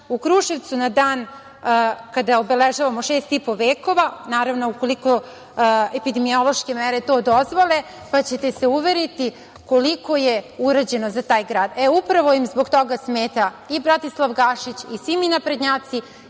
u Kruševcu na dan kada obeležavamo šest i po vekova, naravno ukoliko epidemiološke mere to dozvole, pa ćete se uveriti koliko je urađeno za taj grad. Upravo im zbog toga smeta i Bratislav Gašić i svi mi naprednjaci